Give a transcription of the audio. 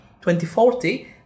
2040